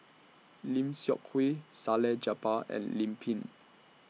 Lim Seok Hui Salleh Japar and Lim Pin